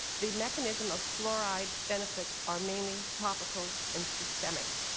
the mechanism of fluoride's benefits are mainly topical and systemic,